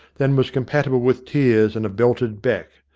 than was compatible with tears and a belted back.